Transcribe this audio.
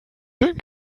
den